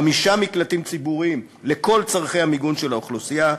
חמישה מקלטים ציבוריים לכל צורכי המיגון של האוכלוסייה,